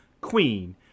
queen